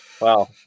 Wow